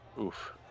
Oof